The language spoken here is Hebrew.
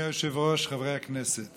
לא נמצא, חבר הכנסת